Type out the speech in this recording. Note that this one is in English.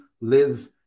live